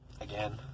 again